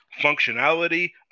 functionality